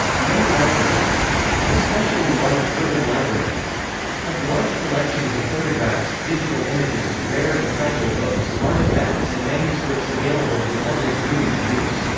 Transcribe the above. many libraries especially large, urban libraries have large collections of photographs, digital images, rare and fragile books, artifacts and manuscripts available for public viewing and use.